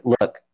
Look